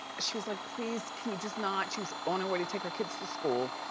she was like please, can you just not? she was on her way to take her kids to school.